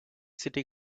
city